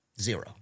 Zero